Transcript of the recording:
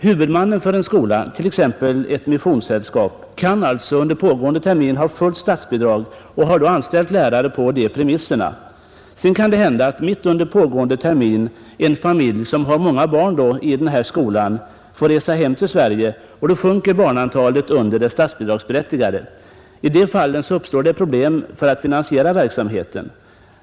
Huvudmannen för en skola, t.ex. ett missionssällskap, kan under pågående termin ha fullt statsbidrag och har då anställt lärare på de premisserna. Sedan kan det mitt under terminen hända att en familj, som har många barn i denna skola, får resa hem till Sverige, och då sjunker barnantalet under det som berättigar till statsbidrag. I sådana fall uppstår det problem för att finansiera verksamheten.